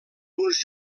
uns